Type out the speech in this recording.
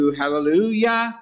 hallelujah